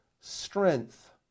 strength